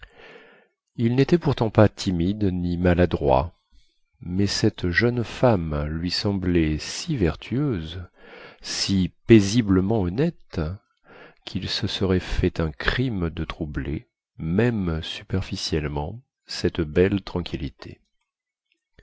il nétait pourtant pas timide ni maladroit mais cette jeune femme lui semblait si vertueuse si paisiblement honnête quil se serait fait un crime de troubler même superficiellement cette belle tranquillité